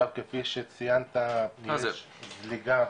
כפי שציינת, יש זליגה